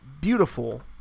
beautiful